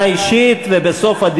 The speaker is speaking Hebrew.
אלי ככה.